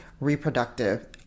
reproductive